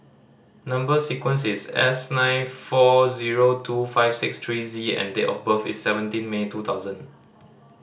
number sequence is S nine four zero two five six three Z and date of birth is seventeen May two thousand